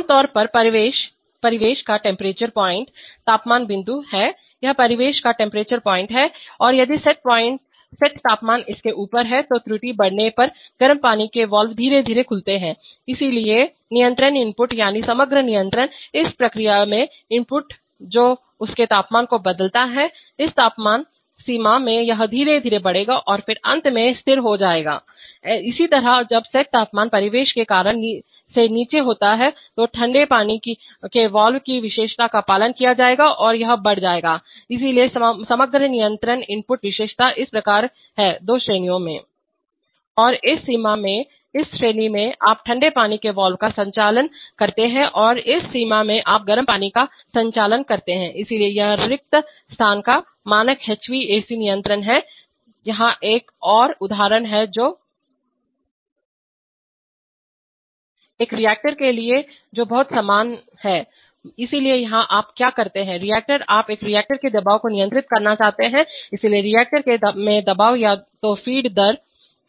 आमतौर पर यह परिवेश का टेम्परेचर पॉइंट तापमान बिंदु है यह परिवेश का टेम्परेचर पॉइंट है और यदि सेट तापमान इसके ऊपर है तो त्रुटिएरर बढ़ने पर गर्म पानी के वाल्व धीरे धीरे खुलते हैं इसलिए इसलिए नियंत्रण इनपुट यानी समग्र नियंत्रण इस प्रक्रिया में इनपुट जो उसके तापमान को बदलता है इस तापमान सीमा में यह धीरे धीरे बढ़ेगा और फिर अंत में स्थिर हो जाएगा इसी तरह जब सेट तापमान परिवेश के तापमान से नीचे होता है तो ठंडे पानी के वाल्व की विशेषता का पालन किया जाएगा और यह बढ़ जाएगा इसलिए समग्र नियंत्रण इनपुट विशेषता इस प्रकार है दो श्रेणियों में और इस सीमा में इस श्रेणी में आप ठंडे पानी के वाल्व का संचालन करते हैं और इस सीमा में आप गर्म पानी का संचालन करते हैं इसलिए यह रिक्त स्थान का मानक HVAC नियंत्रण है यहाँ एक और उदाहरण है जो एक रिएक्टर के लिए जो बहुत समान है इसलिए यहां आप क्या करते हैं रिएक्टर आप रिएक्टर में दबाव को नियंत्रित करना चाहते हैं इसलिए रिएक्टर में दबाव या तो फ़ीड दर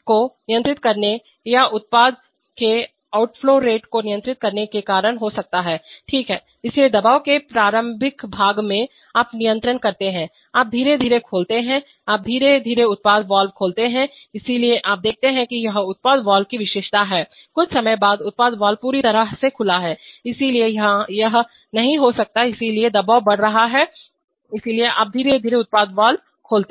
को नियंत्रित करने या उत्पाद के ऑउटफ्लो रेट को नियंत्रित करने के कारण हो सकता है ठीक है इसलिए दबाव के प्रारंभिक भाग में आप नियंत्रण करते हैं आप धीरे धीरे खोलते हैं आप धीरे धीरे उत्पाद वाल्व खोलते हैं इसलिए आप देखते हैं कि यह उत्पाद वाल्व की विशेषता है कुछ समय बाद उत्पाद वाल्व पूरी तरह से खुला है इसलिए यह नहीं हो सकता है इसलिए दबाव बढ़ रहा है इसलिए आप धीरे धीरे उत्पाद वाल्व खोलते हैं